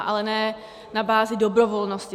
Ale ne na bázi dobrovolnosti.